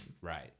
Right